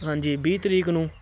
ਹਾਂਜੀ ਵੀਹ ਤਰੀਕ ਨੂੰ